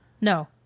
No